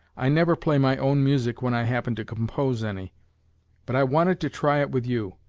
i never play my own music, when i happen to compose any but i wanted to try it with you,